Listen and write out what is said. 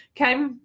Okay